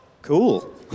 Cool